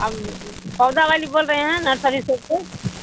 اب پودا والی بول رہے ہیں نرسری شاپ سے